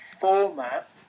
format